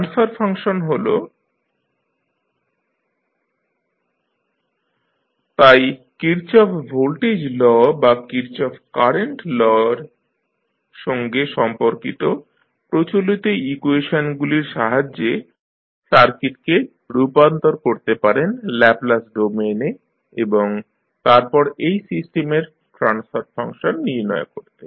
transfer function হল E0Ein1RCs1 তাই Kirchhoff voltage law বা কির্চফ কারেন্ট ল এর সঙ্গে সম্পর্কিত প্রচলিত ইকুয়েশনগুলির সাহায্যে সার্কিটকে রূপান্তর করতে পারেন ল্যাপলাস ডোমেইনে এবং তারপর এই সিস্টেমের ট্রান্সফার ফাংশন নির্ণয় করতে